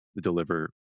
deliver